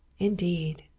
indeed!